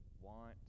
want